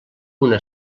una